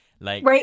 right